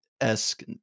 esque